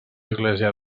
església